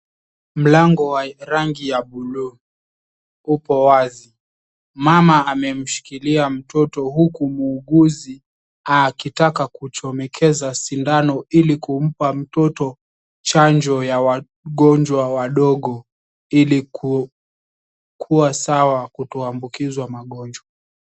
Mlango wa rangi ya buluu upo wazi. Mama ameshikilia mtoto huku muuguzi akitaka kuchomekeza sindano ili kumpa mtoto chanjo ya wagonjwa wadogo ili kuwa sawa kutoambukizwa magonjwa.